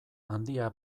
handia